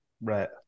Right